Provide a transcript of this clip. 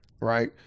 Right